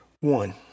One